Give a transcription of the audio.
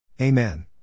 Amen